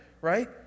right